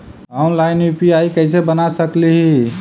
Online UPI कैसे बना सकली ही?